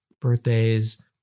birthdays